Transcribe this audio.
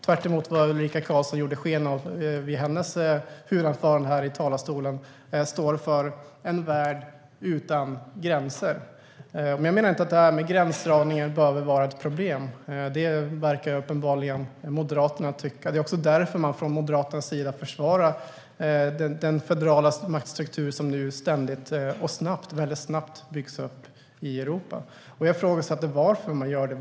Tvärtemot vad Ulrika Karlsson gav sken av i sitt huvudanförande här i talarstolen står Moderaterna för en värld utan gränser. Jag menar inte att detta med gränsdragning behöver vara ett problem. Det verkar uppenbarligen Moderaterna tycka. Det är också därför som man från Moderaternas sida försvarar den federala maktstruktur som ständigt och mycket snabbt byggs upp i Europa. Jag ifrågasätter varför man gör det.